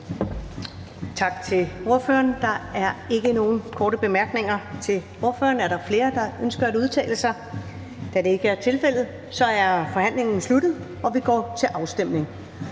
Tak til ordføreren. Der er ikke nogen korte bemærkninger til ordføreren. Er der flere, der ønsker at udtale sig? Da det ikke er tilfældet, er forhandlingen sluttet, og vi går til afstemning.